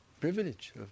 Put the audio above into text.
Privilege